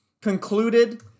concluded